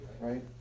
right